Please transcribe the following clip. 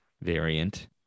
variant